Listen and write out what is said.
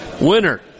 Winner